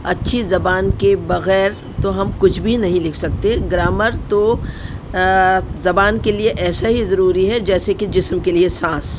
اچھی زبان کے بغیر تو ہم کچھ بھی نہیں لکھ سکتے گرامر تو زبان کے لیے ایسا ہی ضروری ہے جیسے کہ جسم کے لیے سانس